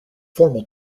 formal